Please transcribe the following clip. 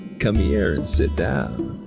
come here and sit down.